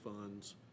funds